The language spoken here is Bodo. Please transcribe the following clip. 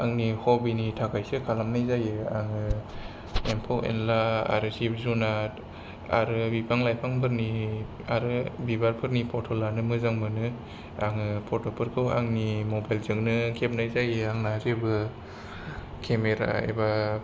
आंनि हबिनि थाखायसो खालामनाय जायो आङो एम्फौ एनला आरो जिब जुनार आरो बिफां लाइफां फोरनि आरो बिबार फोरनि फट' लानो मोजां मोनो आङो फट'फोरखौ आंनि मबाइल जोंनो खेबनाय जायो आंना जेबो केमेरा एबा